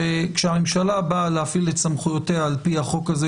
שכאשר הממשלה באה להפעיל את סמכויותיה על פי החוק הזה,